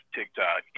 TikTok